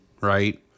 right